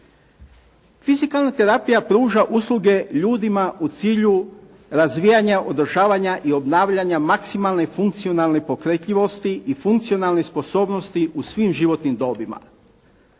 Fizikalna terapija pruža usluge ljudima u cilju razvijanja, održavanja i obnavljanja maksimalne funkcionalne pokretljivosti i funkcionalne sposobnosti u svim životnim dobima.